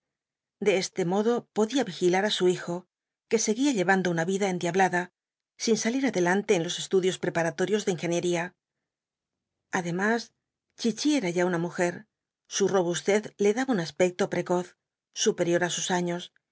de este modo podía vigilar á su hijo que seguía llevando una vida endiablada sin salir adelante en los estudios preparatorios de ingeniería además chichi era ya una mujer su robustez le daba un aspecto precoz superior á sus años